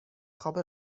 خواب